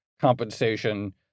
compensation